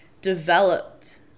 developed